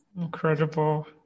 Incredible